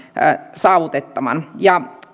saavutettavan